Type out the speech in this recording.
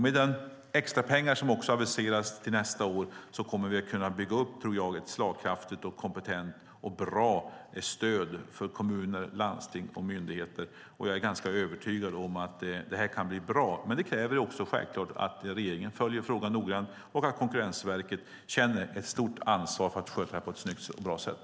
Med de extrapengar som aviseras till nästa år tror jag att vi kommer att kunna bygga upp ett slagkraftigt, kompetent och bra stöd för kommuner, landsting och myndigheter. Jag är ganska övertygad om att det kommer att bli bra, men det kräver självklart att regeringen noga följer vad som sker och att Konkurrensverket känner ett stort ansvar för att sköta det hela på ett snyggt och bra sätt.